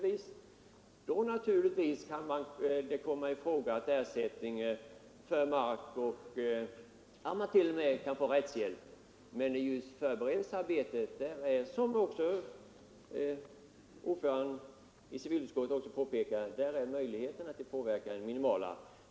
Naturligtvis kan då ersättning för mark och t.o.m. rättshjälp komma i fråga, men just i förberedelsearbetet är — som också civilutskottets ordförande påpekade — möjligheten till påverkan minimal.